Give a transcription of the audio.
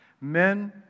men